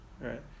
right